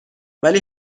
ولی